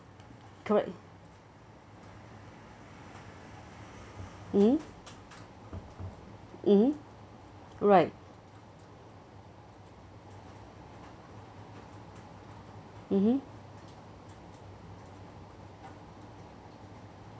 correct mmhmm mmhmm right mmhmm